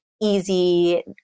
easy